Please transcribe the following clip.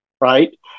right